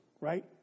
right